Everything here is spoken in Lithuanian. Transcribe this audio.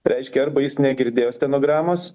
reiškia arba jis negirdėjo stenogramos